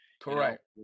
Correct